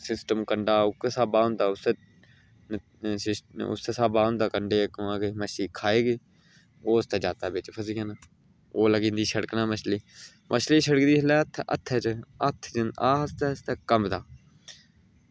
system कंडै दा ओह्के स्हाबै दा होंदा उसी उस्सै स्हाबै दा होंदा कंडै ई कि मच्छी खाई ओह् उसदे जातै च पुज्जदी निं ओह् लग्गी जंदी छड़कना मच्छली मच्छली छिड़कदी जिसलै ते हत्थै ई धागा आस्तै आस्तै कंबदा